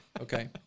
Okay